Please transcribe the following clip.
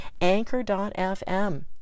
Anchor.fm